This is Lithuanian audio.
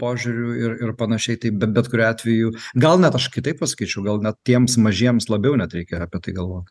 požiūriu ir ir panašiai tai bet kuriuo atveju gal net aš kitaip pasakyčiau gal net tiems mažiems labiau net reikia apie tai galvot